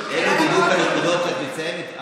אלה בדיוק הנקודות שאת מציינת.